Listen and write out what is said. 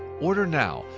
order now.